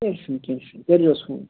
کیٚنٛہہ چھُنہٕ کیٚنٛہہ چھُنہٕ کٔرۍزِہوس فون